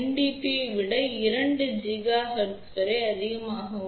பியை விட 2 ஜிகாஹெர்ட்ஸ் வரை அதிகமாக உள்ளது